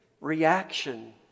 reaction